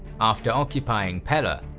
after occupying pella,